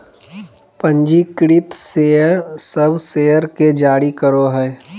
पंजीकृत शेयर सब शेयर के जारी करो हइ